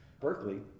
Berkeley